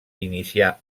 inicià